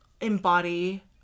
embody